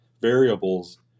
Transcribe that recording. variables